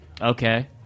Okay